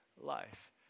life